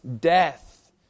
death